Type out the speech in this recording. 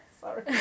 Sorry